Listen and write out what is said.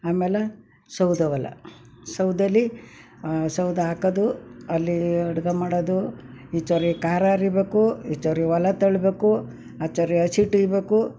ಆಮೇಲೆ ಸೌದೆ ಒಲೆ ಸೌದೇಲಿ ಸೌದೆ ಹಾಕೋದು ಅಲ್ಲಿ ಅಡುಗೆ ಮಾಡೋದು ಈ ಚರಿ ಖಾರ ಅರಿಬೇಕು ಈ ಚರಿ ಒಲಾ ತಳ್ಳಬೇಕು ಆ ಚರಿ ಹಸಿಟ್ಟು ಹುಯ್ಬೇಕು